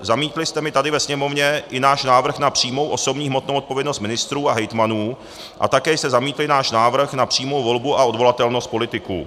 Zamítli jste mi tady ve Sněmovně i náš návrh na přímou osobní hmotnou odpovědnost ministrů a hejtmanů a také jste zamítli náš návrh na přímou volbu a odvolatelnost politiků.